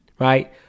Right